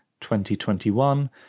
2021